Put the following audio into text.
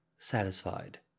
satisfied